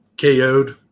KO'd